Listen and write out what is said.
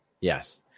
Yes